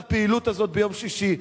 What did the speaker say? לפעילות הזאת ביום שישי?